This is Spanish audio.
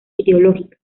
ideológica